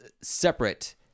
separate